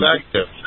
effective